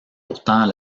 pourtant